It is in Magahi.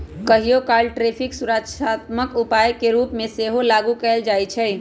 कहियोकाल टैरिफ सुरक्षात्मक उपाय के रूप में सेहो लागू कएल जाइ छइ